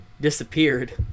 disappeared